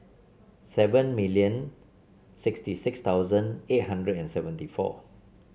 seven million sixty six thousand eight hundred and seventy four